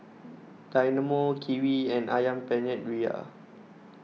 Dynamo Kiwi and Ayam Penyet Ria